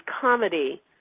comedy